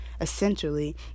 essentially